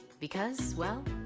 because, well,